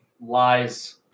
Lies